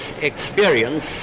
experience